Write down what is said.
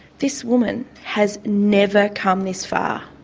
this woman has never come this far,